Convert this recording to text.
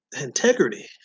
Integrity